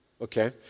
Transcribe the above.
Okay